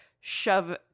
shove